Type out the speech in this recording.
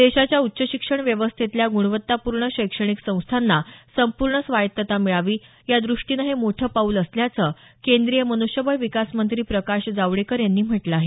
देशाच्या उच्च शिक्षण व्यवस्थेतल्या ग्णवत्तापूर्ण शैक्षणिक संस्थांना संपूर्ण स्वायत्तत्ता मिळावी यादृष्टीनं हे मोठं पाऊल आहे असं केंद्रीय मन्ष्यबळ विकास मंत्री प्रकाश जावडेकर यांनी म्हटलं आहे